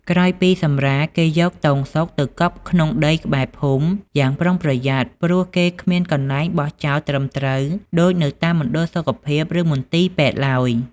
ក្រោយពីសម្រាល គេយកទងសុកទៅកប់ក្នុងដីក្បែរភូមិយ៉ាងប្រុងប្រយ័ត្ន ព្រោះគេគ្មានកន្លែងបោះចោលត្រឹមត្រូវដូចនៅតាមមណ្ឌលសុខភាព ឬ មន្ទីរពេទ្យឡើយ។